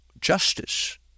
justice